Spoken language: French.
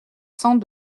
cent